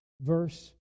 verse